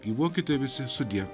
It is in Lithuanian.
gyvuokite visi sudie